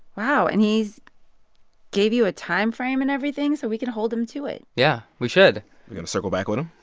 wow. and he's gave you a time frame and everything so we can hold him to it yeah, we should are you going to circle back with him?